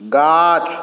गाछ